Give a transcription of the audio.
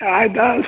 ಆಯಿತಾ